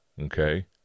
okay